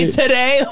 today